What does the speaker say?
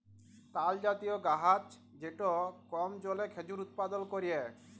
তালজাতীয় গাহাচ যেট কম জলে খেজুর উৎপাদল ক্যরে